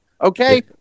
okay